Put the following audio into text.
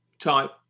type